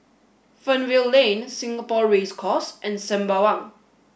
Fernvale Lane Singapore Race Course and Sembawang